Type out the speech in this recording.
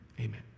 Amen